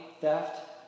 theft